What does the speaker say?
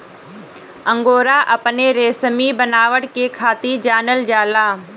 angora अपने रेसमी बनावट के खातिर जानल जाला